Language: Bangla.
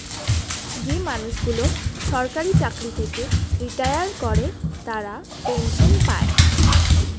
যে মানুষগুলো সরকারি চাকরি থেকে রিটায়ার করে তারা পেনসন পায়